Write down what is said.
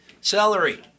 celery